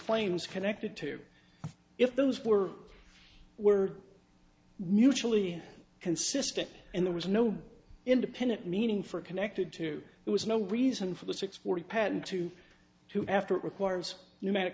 claims connected to or if those were were mutually consistent and there was no independent meaning for connected to it was no reason for the six forty pattern to who after it requires pneumatic